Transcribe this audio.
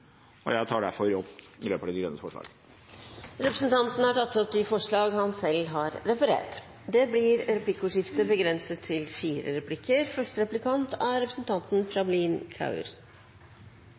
kommer. Jeg tar derfor opp Miljøpartiet De Grønnes forslag. Representanten Rasmus Hansson har tatt opp de forslagene han refererte til. Det blir replikkordskifte. I sitt alternative budsjett skriver Miljøpartiet De Grønne at livskvalitet, langsiktighet og bærekraft er